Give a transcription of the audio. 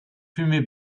plumet